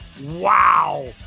wow